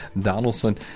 Donaldson